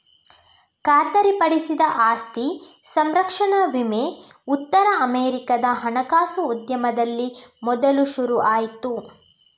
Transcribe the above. ಖಾತರಿಪಡಿಸಿದ ಆಸ್ತಿ ಸಂರಕ್ಷಣಾ ವಿಮೆ ಉತ್ತರ ಅಮೆರಿಕಾದ ಹಣಕಾಸು ಉದ್ಯಮದಲ್ಲಿ ಮೊದಲು ಶುರು ಆಯ್ತು